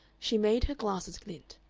she made her glasses glint.